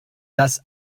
das